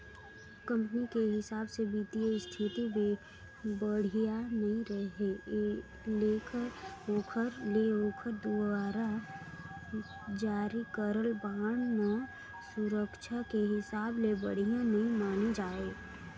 company के बित्तीय इस्थिति बड़िहा नइ रहें ले ओखर दुवारा जारी करल बांड ल सुरक्छा के हिसाब ले बढ़िया नइ माने जाए